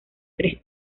tres